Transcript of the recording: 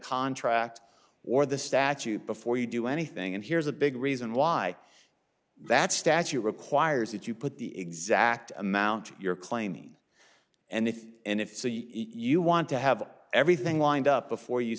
contract or the statute before you do anything and here's a big reason why that statute requires you to put the exact amount you're claiming and if and if so you you want to have everything lined up before you